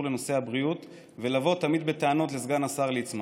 לנושא הבריאות ולבוא תמיד בטענות לסגן השר ליצמן.